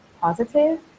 positive